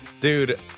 Dude